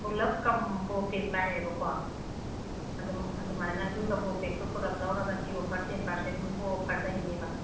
ꯄꯨꯂꯞ combo pack ꯂꯥꯛꯑꯦꯕꯀꯣ ꯑꯗꯨꯃꯥꯏꯅ ꯑꯗꯨ ꯀꯝꯕꯣ ꯄꯦꯛꯇꯣ ꯄꯨꯂꯞ ꯂꯧꯔꯒꯗꯤ ꯑꯣꯐꯔ ꯇꯦꯟ ꯄꯥꯔꯁꯦꯟꯒꯨꯝꯕ ꯑꯣꯐꯔ ꯂꯩꯅꯦꯕ